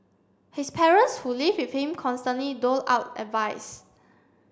his parents who live with him constantly doled out advice